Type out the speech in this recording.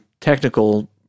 technical